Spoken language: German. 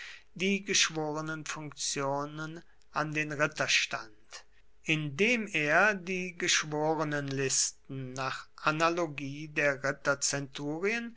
die geschworenenfunktionen an den ritterstand indem er die geschworenenlisten nach analogie der